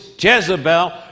Jezebel